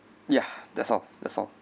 ya that's all that's all